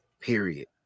period